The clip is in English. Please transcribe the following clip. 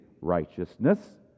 righteousness